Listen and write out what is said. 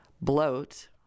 bloat